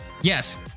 Yes